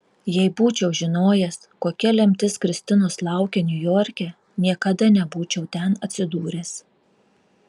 jei būčiau žinojęs kokia lemtis kristinos laukia niujorke niekada nebūčiau ten atsidūręs